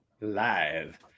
Live